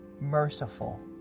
merciful